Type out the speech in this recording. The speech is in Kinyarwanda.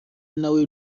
nawe